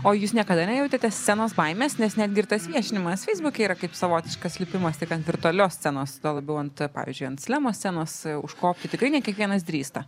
o jūs niekada nejautėte scenos baimės nes netgi ir tas viešinimas feisbuke yra kaip savotiškas lipimas tik ant virtualios scenos tuo labiau ant pavyzdžiui ant slemo scenos užkopti tikrai ne kiekvienas drįsta